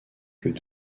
qu’eux